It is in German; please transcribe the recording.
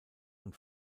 und